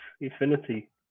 infinity